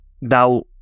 now